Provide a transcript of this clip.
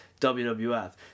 WWF